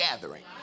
gathering